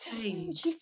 change